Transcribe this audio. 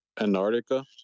Antarctica